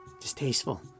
distasteful